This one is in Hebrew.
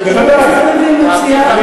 גברתי היושבת-ראש,